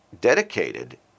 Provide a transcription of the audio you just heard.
dedicated